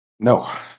No